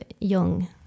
young